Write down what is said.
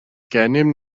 gennym